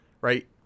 right